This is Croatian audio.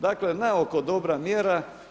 Dakle, naoko dobra mjera.